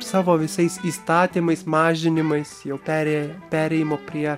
savo visais įstatymais mažinimais jau peri perėjimo prie